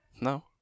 No